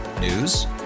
News